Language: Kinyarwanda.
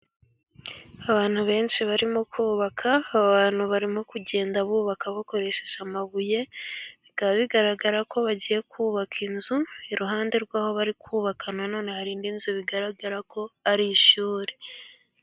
Abantu benshi barimo kubaka, abantu barimo kugenda bubaka bakoresheje amabuye, bikaba bigaragara ko bagiye kubaka inzu iruhande rw'aho bari kubaka nnone hari nzu bigaragara ko ari ishurire.